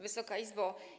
Wysoka Izbo!